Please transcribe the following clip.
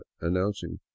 announcing